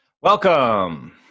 Welcome